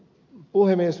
puhemies